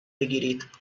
بگیرید